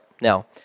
Now